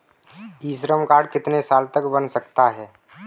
ई Shram card कितने साल तक बन सकता है?